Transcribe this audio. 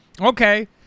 Okay